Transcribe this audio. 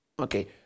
Okay